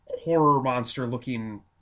horror-monster-looking